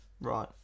Right